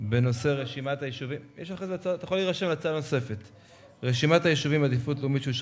רשימת היישובים במפת העדיפות הלאומית שאושרה